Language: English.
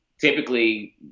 typically